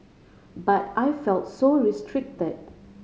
but I felt so restricted